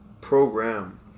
program